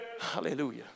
Hallelujah